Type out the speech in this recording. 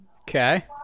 Okay